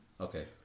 Okay